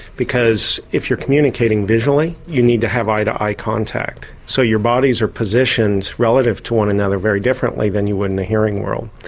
because if you're communicating visually you need to have eye-to-eye contact. so your bodies are positioned relative to one another very differently than you would in the hearing world.